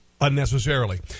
unnecessarily